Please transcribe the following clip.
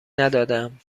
ندادم